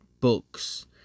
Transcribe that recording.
books